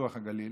פיתוח הגליל